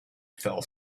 fell